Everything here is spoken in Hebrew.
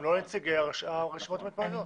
הם לא נציגי הרשימות המקומיות.